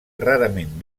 rarament